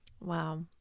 Wow